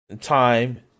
time